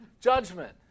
judgment